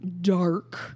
dark